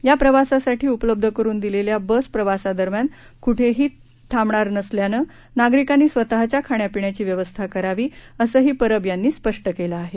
या प्रवासासाठी उपलब्ध करून दिलेल्या बस प्रवासादरम्यान कुठेही थांबणार नसल्यानं नागरिकांनी स्वतःच्या खाण्यापिण्याची व्यवस्था करावी असंही परब यांनी स्पष्ट केलं आहे